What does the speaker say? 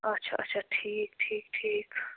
آچھا آچھا ٹھیٖک ٹھیٖک ٹھیٖک